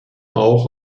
auch